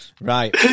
Right